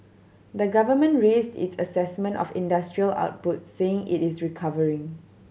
the government raised its assessment of industrial output saying it is recovering